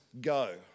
go